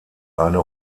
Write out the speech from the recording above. eine